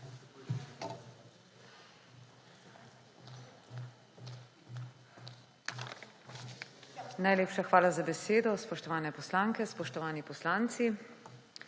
Najlepša hvala za besedo. Spoštovane poslanke, spoštovani poslanci!